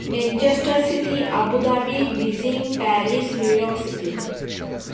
Manchester city Abu Dhabi Beijing Paris New York city